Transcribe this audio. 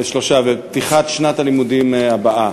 שלושה, בפתיחת שנת הלימודים הבאה.